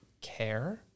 care